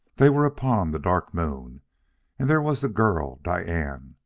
they were upon the dark moon and there was the girl, diane.